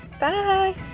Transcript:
bye